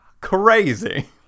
Crazy